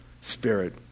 spirit